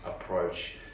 approach